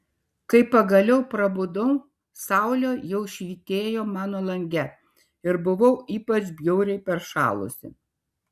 kai pagaliau prabudau saulė jau švytėjo mano lange ir buvau ypač bjauriai peršalusi